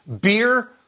beer